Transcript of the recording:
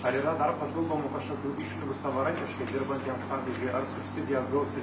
ar yra dar papildomų kažkokių išlygų savarankiškai dirbantiems pavyzdžiui ar subsidijas gaus ir